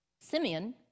Simeon